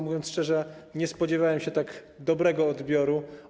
Mówiąc szczerze, nie spodziewałem się tak dobrego odbioru.